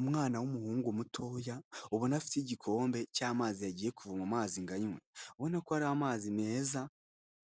Umwana w'umuhungu mutoya ubona afite igikombe cy'amazi yagiye kuvoma amazi ngo anywe , ubona ko ari amazi meza